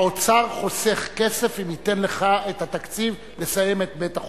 האוצר חוסך כסף אם ייתן לך את התקציב לסיים את בית-החולים.